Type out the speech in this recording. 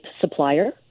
supplier